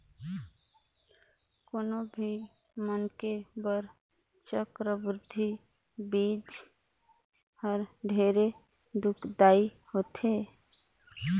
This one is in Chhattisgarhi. कोनो भी मनखे बर चक्रबृद्धि बियाज हर ढेरे दुखदाई होथे